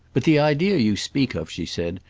but the idea you speak of, she said,